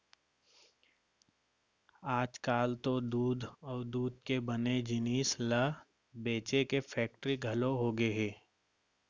आजकाल तो दूद अउ दूद के बने जिनिस ल बेचे के फेक्टरी घलौ होगे हे